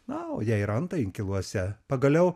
na o jei randa inkiluose pagaliau